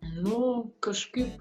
nu kažkaip